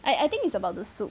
I I think is about the soup